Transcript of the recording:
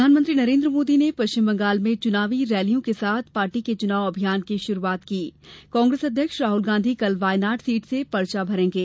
प्रधानमंत्री नरेन्द्र मोदी ने पश्चिम बंगाल में चुनावी रैलियों के साथ पार्टी के चुनाव अभियान की शुरुआत की कांग्रेस अध्यक्ष राहुल गांधी कल वायनाड सीट से पर्चा भरेंगे